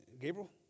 gabriel